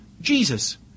Jesus